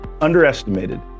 Underestimated